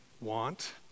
want